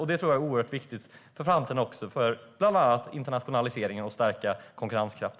Detta tror jag är oerhört viktigt inför framtiden för bland annat internationalisering och stärkt konkurrenskraft.